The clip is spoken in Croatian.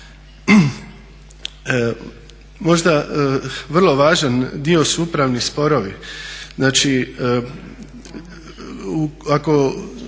Možda vrlo važan dio su upravni sporovi.